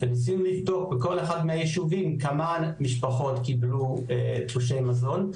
וניסינו לבדוק בכל אחד מהיישובים כמה משפחות קיבלו תלושי מזון,